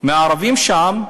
מהערבים שם,